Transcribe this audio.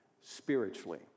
spiritually